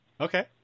Okay